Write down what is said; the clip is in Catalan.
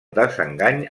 desengany